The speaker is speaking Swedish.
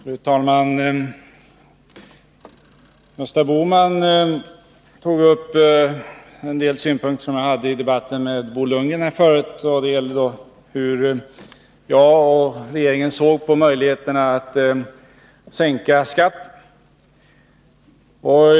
Fru talman! Gösta Bohman tog upp en del synpunkter från den tidigare debatten mellan mig och Bo Lundgren. Det gäller hur jag och regeringen ser på möjligheterna att sänka skatten.